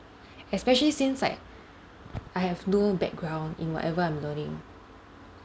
especially since like I have no background in whatever I'm learning